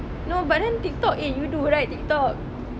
no but then TikTok eh you do right TikTok